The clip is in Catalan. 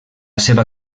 seva